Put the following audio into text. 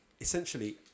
essentially